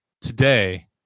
Today